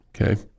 Okay